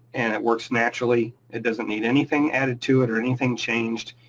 and it works naturally. it doesn't need anything added to it or anything changed.